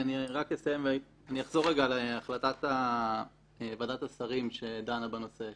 אני אחזור על החלטת ועדת השרים שדנה בנושא,